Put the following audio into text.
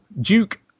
Duke